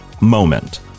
moment